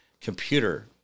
computer